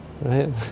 right